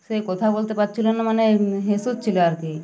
সে কথা বলতে পারছিলো না মানে হেসেছিলো আর কি